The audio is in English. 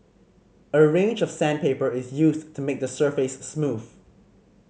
a range of sandpaper is used to make the surface smooth